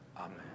Amen